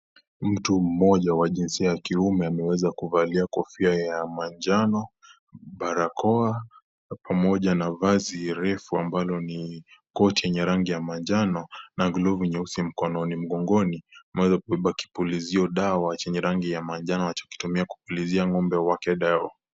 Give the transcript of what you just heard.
Mtu mmoja wa jinsia ya kiume ameweza kuvalia kofia ya manjano, barakoa pamoja na mavazi refu ambalo ni koti la rangi ya manjano na glovu nyeusi mkononi. Mgongoni ameweza kubeba kupulizio dawa chenye rangi ya manjano anachokitumia kupulizia ng'ombe wake dawa.